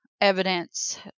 evidence